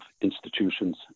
institutions